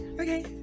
okay